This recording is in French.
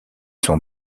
sont